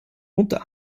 unter